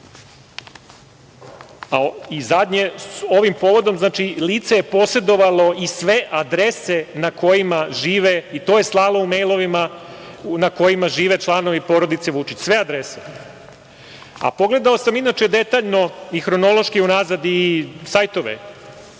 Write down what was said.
napad. Ovim povodom lice je posedovalo i sve adrese na kojima žive, i to je slalo u mejlovima na kojima žive članovi porodice Vučić, sve adrese. Pogledao sa inače detaljno i hronološki u nazad i sajtove